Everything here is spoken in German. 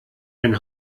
den